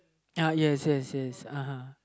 ya yes yes yes (uh huh)